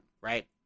right